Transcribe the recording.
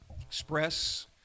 express